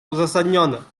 uzasadnione